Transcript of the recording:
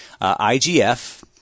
IGF